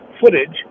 footage